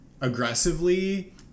aggressively